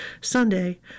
Sunday